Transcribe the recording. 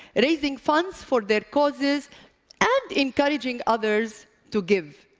raising funds for their causes and encouraging others to give.